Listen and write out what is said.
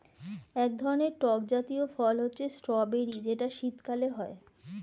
এক ধরনের টক জাতীয় ফল হচ্ছে স্ট্রবেরি যেটা শীতকালে হয়